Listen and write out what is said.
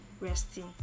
resting